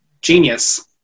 genius